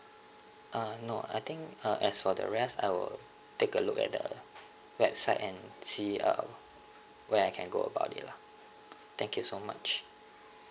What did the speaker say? uh no I think uh as for the rest I will take a look at the website and see uh where I can go about it lah thank you so much